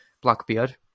Blackbeard